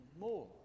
more